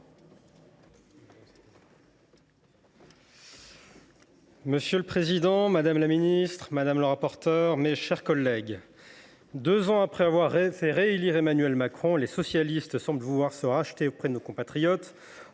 Monsieur le président, madame la ministre, mes chers collègues, deux ans après avoir fait réélire Emmanuel Macron, les socialistes semblent vouloir se racheter auprès de nos compatriotes